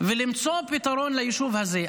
ולמצוא פתרון ליישוב הזה.